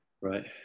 Right